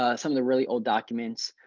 ah some of the really old documents.